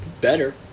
Better